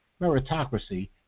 Meritocracy